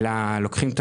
אלא לוקחים את